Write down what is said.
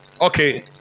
Okay